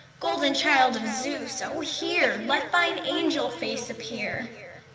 golden child of zeus, o hear let thine angel face appear!